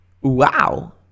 Wow